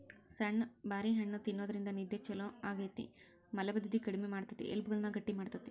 ಸಣ್ಣು ಬಾರಿ ಹಣ್ಣ ತಿನ್ನೋದ್ರಿಂದ ನಿದ್ದೆ ಚೊಲೋ ಆಗ್ತೇತಿ, ಮಲಭದ್ದತೆ ಕಡಿಮಿ ಮಾಡ್ತೆತಿ, ಎಲಬುಗಳನ್ನ ಗಟ್ಟಿ ಮಾಡ್ತೆತಿ